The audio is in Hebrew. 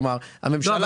כלומר הממשלה --- לא,